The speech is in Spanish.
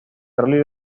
rally